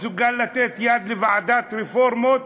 מסוגל לתת יד לוועדת רפורמות